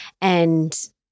and-